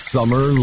Summer